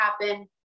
happen